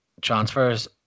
transfers